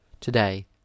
Today